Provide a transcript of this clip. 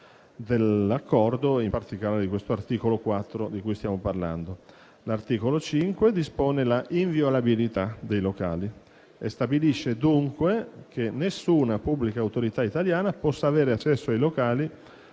dell'Accordo e, in particolare, dell'articolo 4 di cui stiamo parlando. L'articolo 5 dispone l'inviolabilità dei locali e stabilisce dunque che nessuna pubblica autorità italiana possa avere accesso ai locali